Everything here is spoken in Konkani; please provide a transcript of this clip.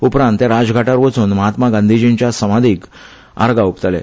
उपरांत ते राजघाटार वचून महात्मा गांधीजींच्या समाधिक आर्गा ओंपतले